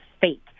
fake